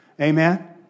Amen